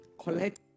collect